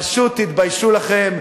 פשוט תתביישו לכם.